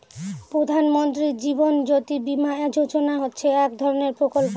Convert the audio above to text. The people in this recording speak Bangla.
প্রধান মন্ত্রী জীবন জ্যোতি বীমা যোজনা হচ্ছে এক ধরনের প্রকল্প